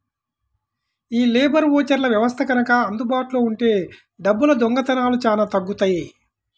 యీ లేబర్ ఓచర్ల వ్యవస్థ గనక అందుబాటులో ఉంటే డబ్బుల దొంగతనాలు చానా తగ్గుతియ్యి